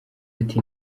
ati